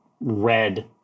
red